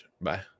Bye